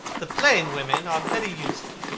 the plain women are very useful.